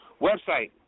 Website